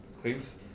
cleans